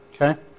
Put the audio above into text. Okay